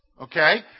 Okay